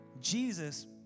Jesus